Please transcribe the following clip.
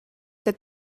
that